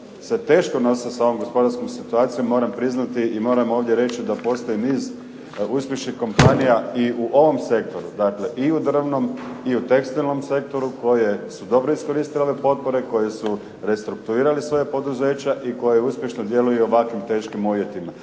se teško nose sa ovom gospodarskom situacijom, moram priznati i moram ovdje reći da postoji niz uspješnih kompanija i u ovom sektoru. Dakle, i u drvnom i u tekstilnom sektoru koje su dobro iskoristile ove potpore, koji su restrukturirali svoje poduzeće i koja uspješno djeluju i u ovakvim teškim uvjetima.